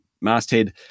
masthead